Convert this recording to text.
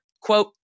quote